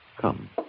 Come